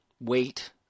wait